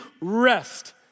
rest